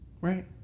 right